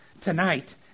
tonight